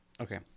Okay